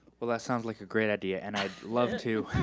well, that sounds like a great idea and i'd love to.